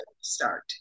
start